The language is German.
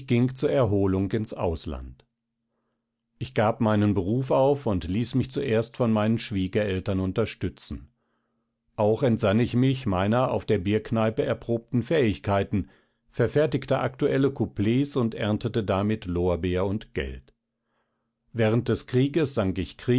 zur erholung ins ausland ich gab meinen beruf auf und ließ mich zuerst von meinen schwiegereltern unterstützen auch entsann ich mich meiner auf der bierkneipe erprobten fähigkeiten verfertigte aktuelle couplets und erntete damit lorbeer und geld während des krieges